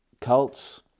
cults